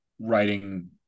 writing